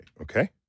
okay